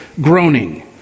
groaning